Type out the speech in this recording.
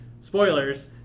Spoilers